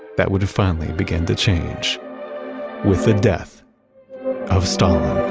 that would finally began to change with the death of stalin